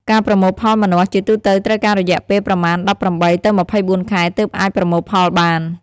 ការប្រមូលផលម្នាស់ ជាទូទៅត្រូវការរយៈពេលប្រមាណ ១៨ ទៅ ២៤ ខែ ទើបអាចប្រមូលផលបាន។